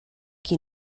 qui